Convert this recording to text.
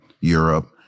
Europe